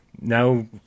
now